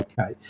okay